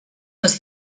les